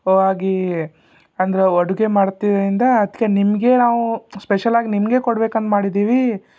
ವಾಗಿ ಅಂದ್ರೆ ಅಡುಗೆ ಮಾಡ್ತಿದ್ರಿಂದ ಅದಕ್ಕೆ ನಿಮಗೇ ನಾವು ಸ್ಪೆಷಲಾಗಿ ನಿಮಗೇ ಕೊಡ್ಬೇಕಂತ ಮಾಡಿದ್ದೀವಿ